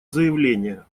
заявление